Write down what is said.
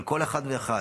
כל אחד ואחד.